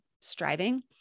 striving